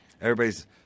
Everybody's